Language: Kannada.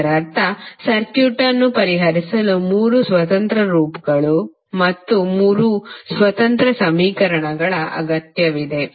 ಇದರರ್ಥ ಸರ್ಕ್ಯೂಟ್ ಅನ್ನು ಪರಿಹರಿಸಲು 3 ಸ್ವತಂತ್ರ ಲೂಪ್ಗಳು ಮತ್ತು ಆದ್ದರಿಂದ 3 ಸ್ವತಂತ್ರ ಸಮೀಕರಣಗಳು ಅಗತ್ಯವಿದೆ